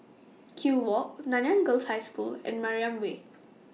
Kew Walk Nanyang Girls' High School and Mariam Way